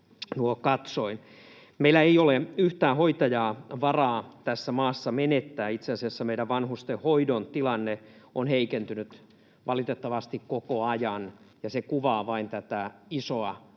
Meillä ei ole yhtään hoitajaa varaa tässä maassa menettää. Itse asiassa meidän vanhustenhoidon tilanne on heikentynyt valitettavasti koko ajan, ja se kuvaa vain tätä isoa haastetta,